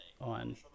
on